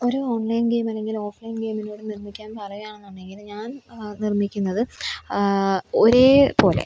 ഒരു ഓൺലൈൻ ഗെയിമല്ലെങ്കിൽ ഓഫ്ലൈൻ ഗെയിമുകള് നിർമ്മിക്കാൻ പറയാണെന്നുണ്ടെങ്കില് ഞാൻ നിർമ്മിക്കുന്നത് ഒരേപോലെ